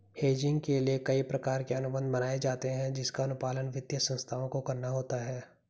hedging के लिए कई प्रकार के अनुबंध बनाए जाते हैं जिसका अनुपालन वित्तीय संस्थाओं को करना होता है